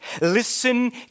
listen